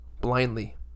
Blindly